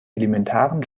elementaren